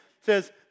says